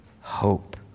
hope